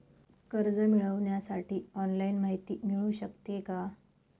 कर्ज मिळविण्यासाठी ऑनलाईन माहिती मिळू शकते का?